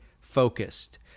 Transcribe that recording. focused